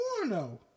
porno